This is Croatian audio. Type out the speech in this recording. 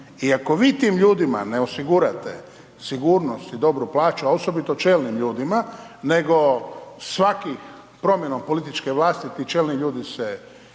I ako vi tim ljudima ne osigurate sigurnost i dobru plaću, a osobito čelnim ljudima nego svakih, promjenom političke vlasti ti čelni ljudi se mijenjaju,